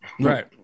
Right